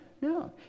No